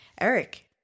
Eric